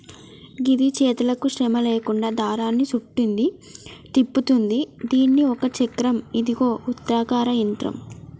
గిది చేతులకు శ్రమ లేకుండా దారాన్ని సుట్టుద్ది, తిప్పుతుంది దీని ఒక చక్రం ఇదొక వృత్తాకార యంత్రం